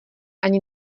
ani